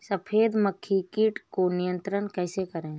सफेद मक्खी कीट को नियंत्रण कैसे करें?